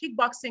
kickboxing